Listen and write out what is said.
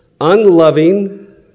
unloving